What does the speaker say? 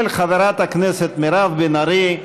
של חברת הכנסת מירב בן ארי,